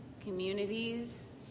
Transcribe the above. communities